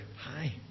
hi